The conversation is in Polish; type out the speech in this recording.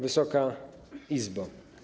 Wysoka Izbo!